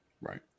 Right